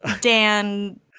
Dan